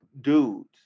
dudes